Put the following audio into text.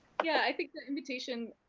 yeah, i think the invitation